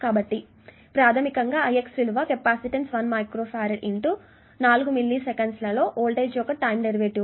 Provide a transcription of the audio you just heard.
కాబట్టి ప్రాధమికంగా ix యొక్క విలువ కెపాసిటెన్స్ 1 మైక్రో ఫ్యారడ్ నాలుగు మిల్లీ సెకండ్స్ లలో వోల్టేజ్ యొక్క టైం డెరివేటివ్